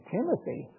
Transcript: Timothy